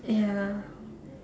ya